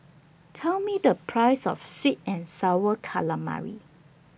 Tell Me The Price of Sweet and Sour Calamari